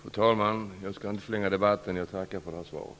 Fru talman! Jag skall inte förlänga debatten. Jag tackar för det här svaret.